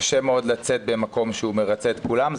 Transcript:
קשה מאוד לצאת במקום שהוא מרצה את כולם.